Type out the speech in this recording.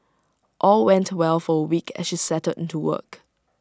all went well for A week as she settled into work